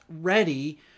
ready